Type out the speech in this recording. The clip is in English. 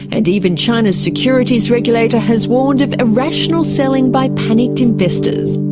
and even china's securities regulator has warned of irrational selling by panicked investors.